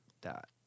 dot